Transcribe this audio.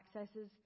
accesses